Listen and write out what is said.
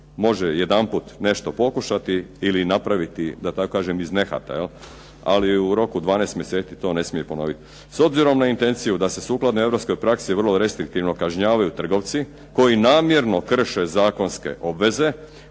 može jedanput nešto pokušati ili napraviti da tako kažem iz nehata ali u roku 12 mjeseci to ne smije ponoviti. S obzirom na intenciju da se sukladno europskoj praksi vrlo restriktivno kažnjavaju trgovci koji namjerno krše zakonske obveze